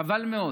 חבל מאוד.